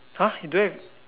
!huh! you don't have